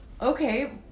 okay